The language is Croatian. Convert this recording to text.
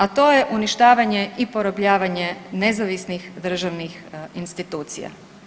A to je uništavanje i porobljavanje nezavisnih državnih institucija.